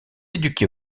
éduqué